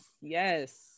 Yes